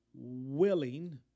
willing